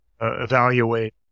evaluate